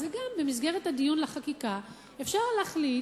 במסגרת הדיון לקראת החקיקה אפשר להחליט